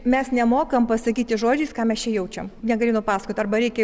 mes nemokam pasakyti žodžiais ką mes čia jaučiam negali nupasakot arba reikia